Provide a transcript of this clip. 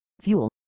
fuel